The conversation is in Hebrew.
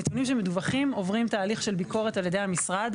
הנתונים שמדווחים עוברים תהליך של ביקורת על ידי המשרד,